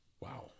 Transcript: Wow